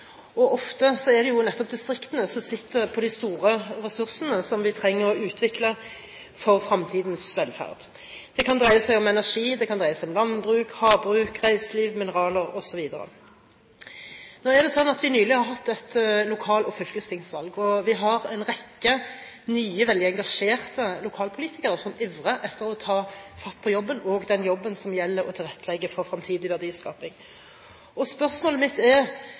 landet. Ofte er det jo nettopp distriktene som sitter på de store ressursene vi trenger for å utvikle fremtidens velferd. Det kan dreie seg om energi, det kan dreie seg om landbruk, havbruk, reiseliv, mineraler osv. Nå er det sånn at vi nylig har hatt et lokal- og fylkestingsvalg. Vi har en rekke nye, veldig engasjerte lokalpolitikere som ivrer etter å ta fatt på jobben, også den jobben som handler om å tilrettelegge for fremtidig verdiskaping. Spørsmålet mitt er: